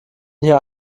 hier